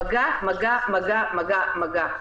מגע, מגע, מגע, מגע, מגע.